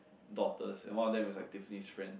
daughters and one of them is like Tiffany's friend